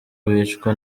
bicwa